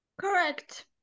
Correct